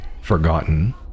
forgotten